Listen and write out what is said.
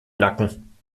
nacken